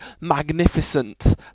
magnificent